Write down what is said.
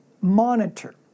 monitor